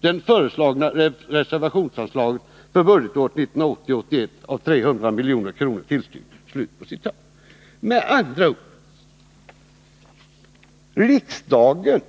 Det föreslagna reservationsanslaget för budgetåret 1980/81 av 300 milj.kr. tillstyrks.” Riksdagen